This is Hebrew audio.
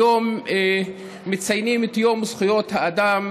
היום מציינים את יום זכויות האדם